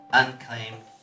unclaimed